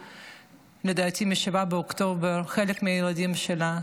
לדעתי, מ-7 באוקטובר, חלק מהילדים שלה.